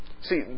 See